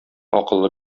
акыллы